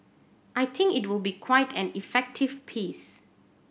I think it will be quite an effective piece